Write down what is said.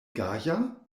gaja